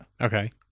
okay